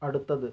അടുത്തത്